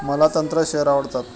मला तंत्र शेअर आवडतात